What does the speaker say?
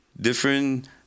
different